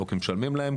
לא כי משלמים להם,